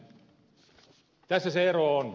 tässä se ero on